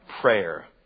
prayer